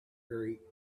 very